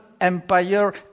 empire